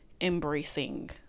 embracing